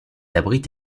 abrite